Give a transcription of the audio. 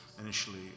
initially